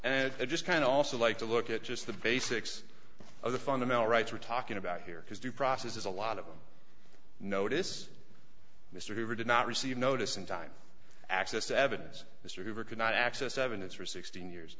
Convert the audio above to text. and i just kind of also like to look at just the basics of the fundamental rights we're talking about here because due process is a lot of notice mr hoover did not receive notice in time access to evidence mr hoover could not access evidence for sixteen years